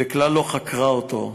וכלל לא חקרה אותו.